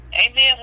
Amen